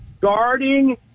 guarding